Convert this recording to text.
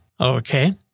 Okay